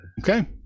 okay